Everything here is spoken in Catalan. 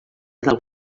del